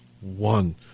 one